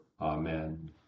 Amen